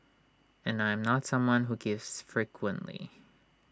and I'm not someone who gives frequently